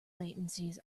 latencies